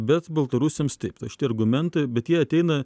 bet baltarusiams taip tai šitie argumentai bet jie ateina